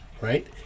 right